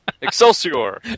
Excelsior